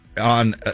on